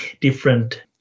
different